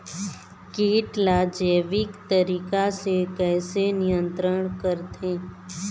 कीट ला जैविक तरीका से कैसे नियंत्रण करथे?